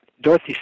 Dorothy